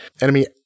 enemy